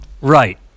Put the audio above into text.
right